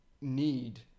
need